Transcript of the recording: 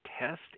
test